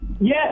Yes